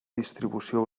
distribució